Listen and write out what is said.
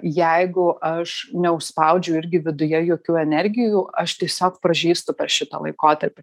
jeigu aš neužspaudžiu irgi viduje jokių energijų aš tiesiog pražystu per šitą laikotarpį